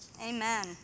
amen